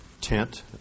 tent